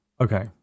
Okay